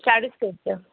चाळीस पेजचं